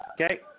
Okay